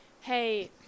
hey